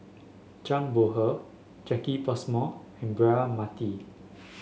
Zhang Bohe Jacki Passmore and Braema Mathi